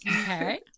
Okay